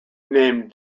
named